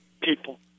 people